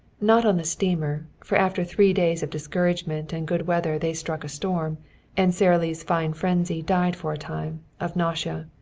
not on the steamer, for after three days of discouragement and good weather they struck a storm and sara lee's fine frenzy died for a time, of nausea.